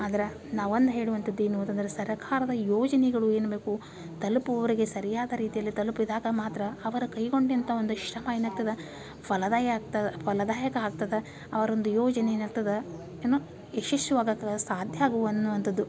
ಆದ್ರೆ ನಾವೊಂದು ಹೇಳುವಂಥದ್ದು ಏನು ಅಂತಂದ್ರೆ ಸರಕಾರದ ಈ ಯೋಜನೆಗಳು ಏನು ಬೇಕು ತಲುಪುವರೆಗೆ ಸರಿಯಾದ ರೀತಿಯಲ್ಲಿ ತಲುಪಿದಾಗ ಮಾತ್ರ ಅವರ ಕೈಗೊಂಡಂಥ ಒಂದು ಶ್ರಮ ಏನಾಗ್ತದೆ ಫಲದಾಯ ಆಗ್ತದೆ ಫಲದಾಯಕ ಆಗ್ತದೆ ಅವ್ರ ಒಂದು ಯೋಜನೆ ಏನಾಗ್ತದೆ ಏನು ಯಶಸ್ವಿ ಆಗಕ್ಕ ಸಾಧ್ಯ ಆಗು ಅನ್ನುವಂಥದ್ದು